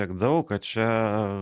tiek daug kad čia